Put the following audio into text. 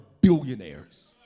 billionaires